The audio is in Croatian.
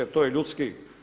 To je ljudski.